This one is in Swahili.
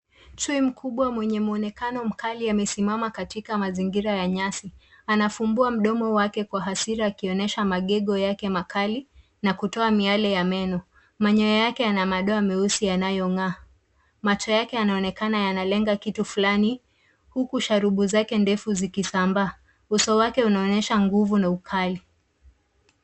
Chui mkubwa mwenye muonekano mkali amesimama katika mazingira ya nyasi. Anafumbua mdomo wake kwa hasira akionyesha magego yake makali na kutoa miale ya meno. Manyoya yake yana madoa meusi yanayong'aa. Macho yake yanaonekana yanalenga kitu fulani huku sharubu yake ndefu zikisamba. Uso wake unaonyesha nguvu na ukali.